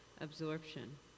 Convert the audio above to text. absorption